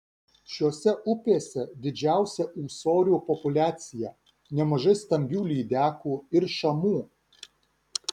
šiose upėse didžiausia ūsorių populiacija nemažai stambių lydekų ir šamų